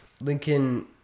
Lincoln